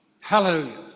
Hallelujah